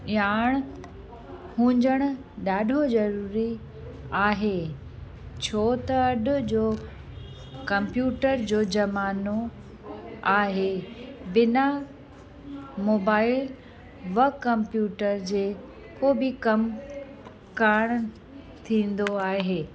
याण हुंजण ॾाढो ज़रूरी आहे छो त अॼु जो कंप्यूटर जो जमानो आहे बिना मोबाइल व कंप्यूटर जे को बि कम कोन्ह थींदो आहे